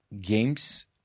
games